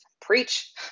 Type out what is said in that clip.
preach